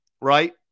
right